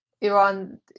Iran